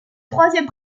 troisième